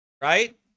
Right